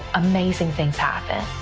amazing things happen.